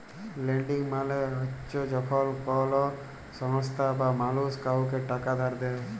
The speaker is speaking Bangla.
লেন্ডিং মালে চ্ছ যখল কল সংস্থা বা মালুস কাওকে টাকা ধার দেয়